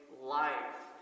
life